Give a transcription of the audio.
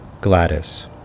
Gladys